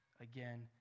again